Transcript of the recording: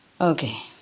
Okay